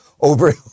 over